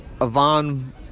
Ivan